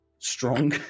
strong